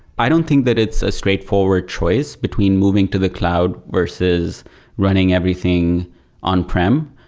i don't think that it's a straightforward choice between moving to the cloud versus running everything on-prem.